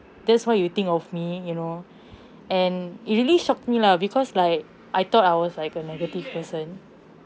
that's what you think of me you know and it really shocked me lah because like I thought I was like a negative person